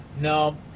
No